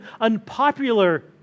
unpopular